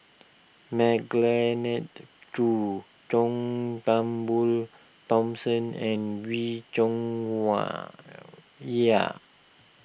Khoo John Turnbull Thomson and Wee Cho Wa Yaw